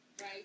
right